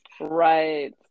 Right